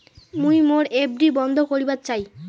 মুই মোর এফ.ডি বন্ধ করিবার চাই